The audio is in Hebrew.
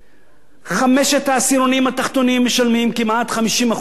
חמשת העשירונים התחתונים משלמים כמעט 50% מהמס הזה.